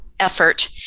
effort